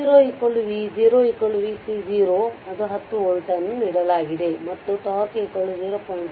v0 v0 v c 0 10 volt ಅನ್ನು ನೀಡಲಾಗಿದೆ ಮತ್ತು τ 0